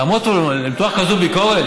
לעמוד פה ולמתוח כזאת ביקורת?